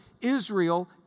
Israel